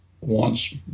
wants